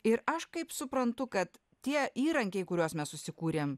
ir aš kaip suprantu kad tie įrankiai kuriuos mes susikūrėm